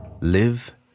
Live